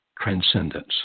transcendence